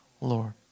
Lord